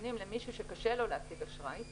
נתונים למישהו שקשה לו להשיג אשראי,